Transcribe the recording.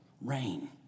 Rain